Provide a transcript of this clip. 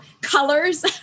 colors